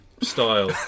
style